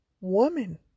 woman